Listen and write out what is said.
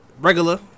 Regular